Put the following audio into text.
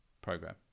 program